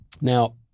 Now